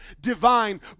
divine